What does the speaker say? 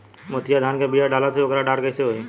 मोतिया धान क बिया डलाईत ओकर डाठ कइसन होइ?